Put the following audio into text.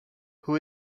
who